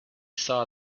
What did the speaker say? saw